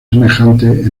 semejantes